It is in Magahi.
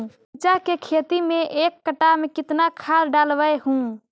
मिरचा के खेती मे एक कटा मे कितना खाद ढालबय हू?